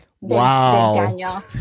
wow